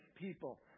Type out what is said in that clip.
people